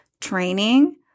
training